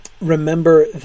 Remember